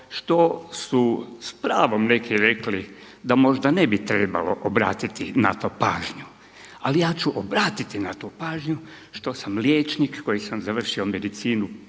što su s pravom neki rekli da možda ne bi trebalo obratiti na to pažnju. Ali ja ću obratiti na to pažnju što sam liječnik koji sam završio medicinu